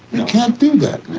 you can't do that